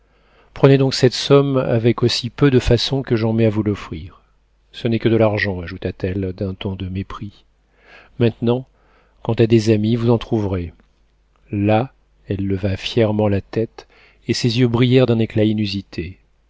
prenez donc cette somme avec aussi peu de façons que j'en mets à vous l'offrir ce n'est que de l'argent ajouta-t-elle d'un ton de mépris maintenant quant à des amis vous en trouverez là elle leva fièrement la tête et ses yeux brillèrent d'un éclat inusité